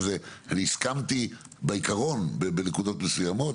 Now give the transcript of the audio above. הסכמתי בעיקרון, בנקודות מסוימות.